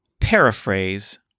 Paraphrase